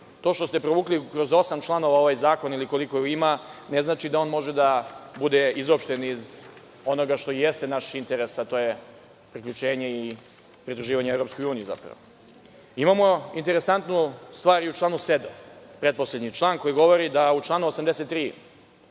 To što ste provukli kroz osam članova ovaj zakon ili koliko ih ima, ne znači da on može da bude izopšten iz onoga što jeste naš interes, a to je priključenje i pridruživanje EU.Imamo interesantnu stvar i u članu 7, pretposlednji član koji govori da u članu 83.